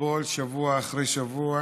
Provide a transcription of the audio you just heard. לסבול שבוע אחרי שבוע